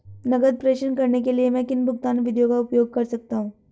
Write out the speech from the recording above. नकद प्रेषण करने के लिए मैं किन भुगतान विधियों का उपयोग कर सकता हूँ?